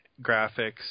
graphics